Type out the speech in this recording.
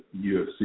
UFC